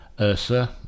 Ursa